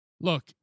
look